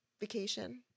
Vacation